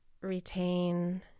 retain